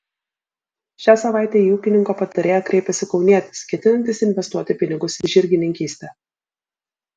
šią savaitę į ūkininko patarėją kreipėsi kaunietis ketinantis investuoti pinigus į žirgininkystę